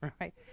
right